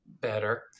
better